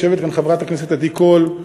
יושבת כאן חברת הכנסת עדי קול,